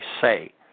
say